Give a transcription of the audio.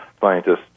scientists